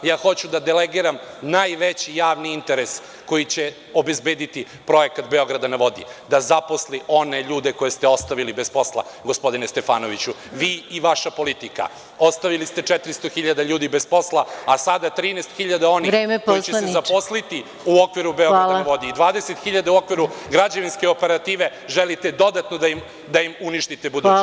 Ja hoću da delegiram najveći javni interes koji će obezbediti projekat „Beograd na vodi“, da zaposli one ljude koje ste ostavili bez posla, gospodine Stefanoviću, vi i vaša politika ostavili ste 400.000 ljudi bez posla, a sada 13.000 onih koji će se zaposliti u okviru „Beograda na vodi“ i 20.000 u okviru građevinske operative, želite dodatno da im uništite budućnost.